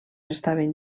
estaven